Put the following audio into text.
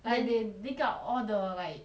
like they dig out all the like